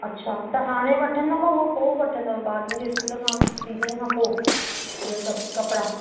अच्छा त हाणे वठंदव उहो पोइ वठंदव ॿारनि जे स्कूल खां सीजन खां पोइ इहो सभु कपिड़ा